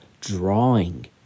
drawing